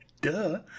Duh